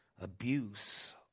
Abuse